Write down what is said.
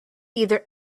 either